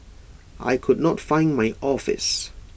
I could not find my office